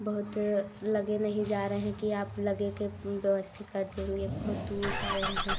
बहुत लगे नहीं जा रहे हैं कि आप लगे के व्यवस्था कर देंगे बहुत दूर जा रहे हैं